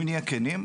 אם נהיה כנים,